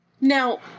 Now